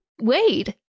Wade